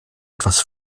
etwas